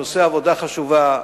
שעושה עבודה חשובה,